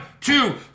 two